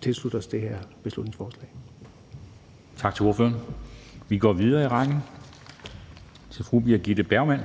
tilslutte sig det her beslutningsforslag. Kl. 21:03 Formanden (Henrik Dam Kristensen): Tak til ordføreren. Vi går videre i rækken til fru Birgitte Bergman,